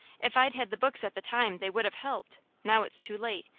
if i'd had the books at the time they would have helped now it's too late,